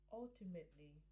ultimately